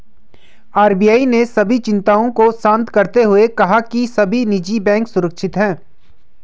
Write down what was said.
RBI ने सभी चिंताओं को शांत करते हुए कहा है कि सभी निजी बैंक सुरक्षित हैं